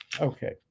Okay